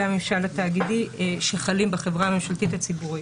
הממשל התאגידי שחלים בחברה הממשלתית הציבורית.